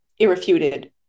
irrefuted